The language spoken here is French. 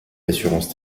l’assurance